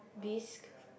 bisque